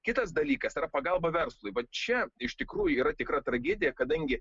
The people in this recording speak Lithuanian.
kitas dalykas yra pagalba verslui vat čia iš tikrųjų yra tikra tragedija kadangi